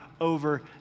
over